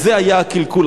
זה היה הקלקול.